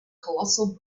colossal